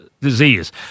disease